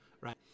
right